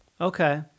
Okay